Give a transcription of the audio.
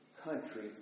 country